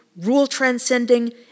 rule-transcending